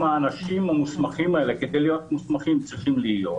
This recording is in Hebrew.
האנשים האלה כדי להיות מוסמכים צריכים להיות.